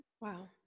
Wow